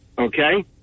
okay